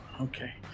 Okay